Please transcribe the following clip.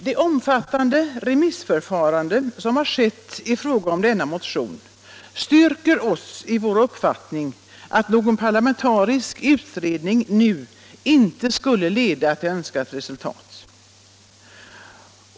Det omfattande remissförfarande som skett i fråga om denna motion styrker oss i vår uppfattning att någon parlamentarisk utredning nu inte skulle leda till önskat resultat.